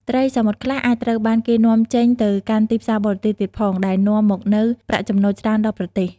ត្រីសមុទ្រខ្លះអាចត្រូវបានគេនាំចេញទៅកាន់ទីផ្សារបរទេសទៀតផង ដែលនាំមកនូវប្រាក់ចំណូលច្រើនដល់ប្រទេស។